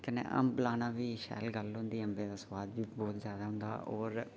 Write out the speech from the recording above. अम्ब लाना बी शैल गल्ल होंदी अम्बै दा सुआद बी बहुत औंदा होर एह् चीज लानी ही चाहिदी